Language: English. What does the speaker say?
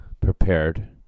prepared